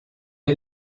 est